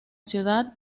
ciudad